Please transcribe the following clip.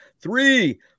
three